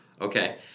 Okay